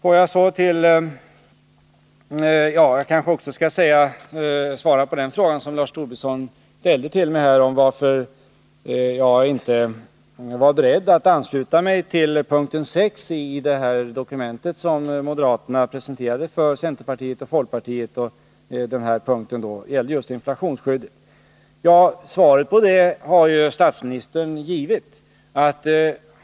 Lars Tobisson frågade varför jag inte var beredd att ansluta mig till punkten 6 i det dokument som moderaterna presenterade för centern och folkpartiet och som gällde just inflationsskyddet. Svaret på den frågan har statsministern givit.